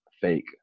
fake